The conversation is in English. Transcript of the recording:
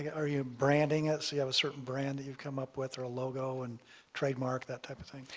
yeah are you branding it? so you have a certain brand that you've come up with or a logo and trademark that type of thing?